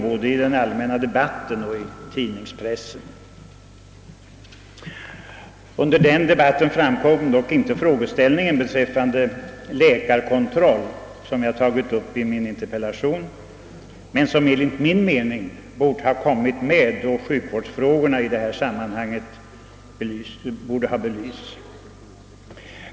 Under den debatten framkom emellertid inte den fråga beträffande läkarkontroll som jag har tagit upp i min interpellation och som enligt min mening borde ha kommit med, eftersom sjukvårdsfrågorna borde ha belysts i detta sammanhang.